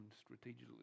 strategically